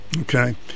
Okay